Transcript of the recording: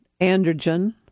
androgen